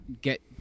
get